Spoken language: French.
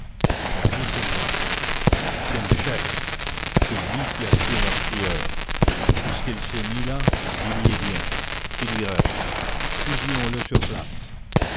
un cri s'éleva c'est le chef c'est lui qui a tué l'artilleur puisqu'il s'est mis là il y est bien qu'il y reste fusillons le sur place